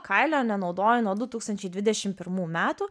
kailio nenaudoja nuo du tūkstančiai dvidešim pirmų metų